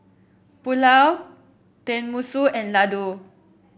Pulao Tenmusu and Ladoo